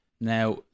now